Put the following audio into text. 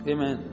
Amen